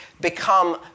become